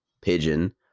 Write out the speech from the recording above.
pigeon